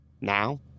Now